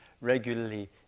regularly